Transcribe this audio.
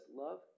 love